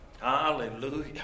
hallelujah